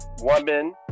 woman